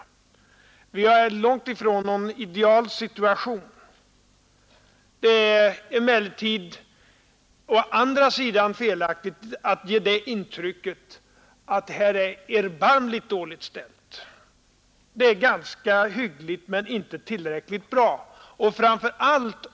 Situationen är längt ifrån idealisk. Det är emellertid å andra sidan felaktigt att ge det intrycket att erbarmligt dåligt ställt. Förhållandena är ganska hyggliga men inte tillräckligt bra.